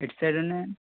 ఎటు సైడ్ ఉన్నాయండి